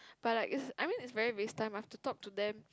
but like it's I mean it's very waste time I have to talk to them